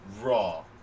Raw